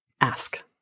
ask